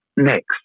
Next